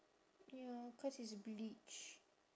ya cause it's bleach